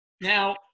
now